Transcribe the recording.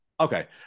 Okay